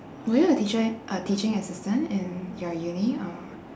were you a teacher a teaching assistant in your uni or